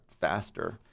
faster